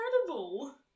incredible